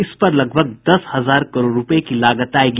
इस पर लगभग दस हजार करोड़ रूपये की लागत आयेगी